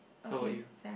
how about you